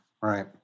right